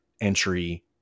entry